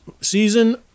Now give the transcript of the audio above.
season